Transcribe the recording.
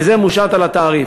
וזה מושת על התעריף.